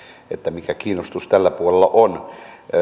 mikä kiinnostus tällä puolella on